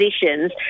positions